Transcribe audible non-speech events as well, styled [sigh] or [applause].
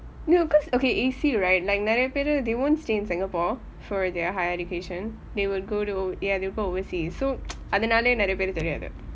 no because okay A_C right like நிறைய பேரு:niraya paeru they won't stay in singapore for their higher education they will go to ya they will go overseas so [noise] அதனால நிறைய பேரு தெரியாது:athanaala niraya paeru theriyaathu